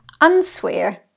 unswear